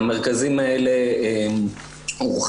המרכזים האלה הורחבו,